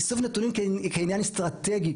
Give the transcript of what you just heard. איסוף נתונים כעניין אסטרטגי,